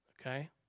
Okay